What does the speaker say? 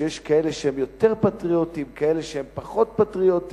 שיש כאלה שהם יותר פטריוטים וכאלה שהם פחות פטריוטים,